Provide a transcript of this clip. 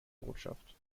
botschaft